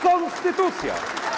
Konstytucja!